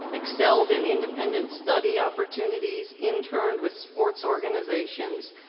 excelled in independent study opportunities, interned with sports organizations,